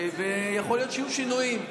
ויכול להיות שיהיו שינויים.